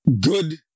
Good